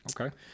Okay